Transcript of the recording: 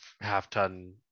half-ton